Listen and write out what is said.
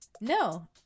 No